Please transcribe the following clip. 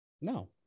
No